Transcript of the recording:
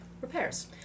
repairs